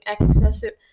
excessive